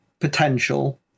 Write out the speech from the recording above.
potential